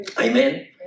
Amen